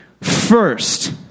first